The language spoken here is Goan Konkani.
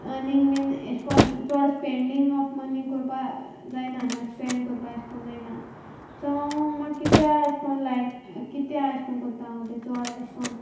अर्नींग बीन एशें कोन्न चोड स्पँडींग ऑफ मनी कोरपा जायना म्हणल्या स्पँड एशें कोन्न कोरपा जायना सो हांव म्हाका किद्या एशें को लायक कित्या एशें कोन्न कोतता हांव तें चोड एशें कोन्न